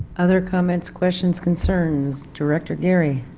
other comments questions, concerns director geary